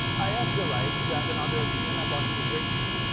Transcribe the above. i have the right to have another opinion about immigration.